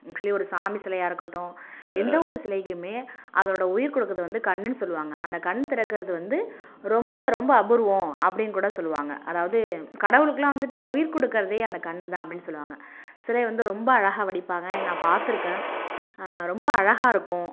actually ஒரு சாமி சிலையாக இருக்கட்டும் எந்தவொரு சிலைக்குமே அதோடய உயிர் கொடுக்கறது வந்து கண்ணுன்னு சொல்லுவாங்க அந்த கண் திறக்கறது வந்து ரொம்ப ரொம்ப அபூர்வம் அப்படின்னு கூட சொல்லுவாங்க அதாவது கடவுளுக்கெலாம் வந்துட்டு உயிர் கொடுக்கறதே அந்த கண்ணு தான் அப்படின்னு சொல்லுவாங்க சிலை வந்து ரொம்ப அழகாக வடிப்பாங்க நான் பார்த்துருக்கேன் ரொம்ப அழகாக இருக்கும்